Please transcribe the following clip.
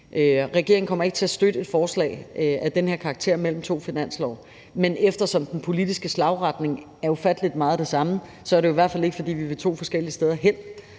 Regeringen kommer ikke til at støtte et forslag af den her karakter mellem to finanslove, men eftersom den politiske retning meget er den samme, er det jo i hvert fald ikke, fordi vi vil to forskellige steder hen,